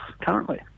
currently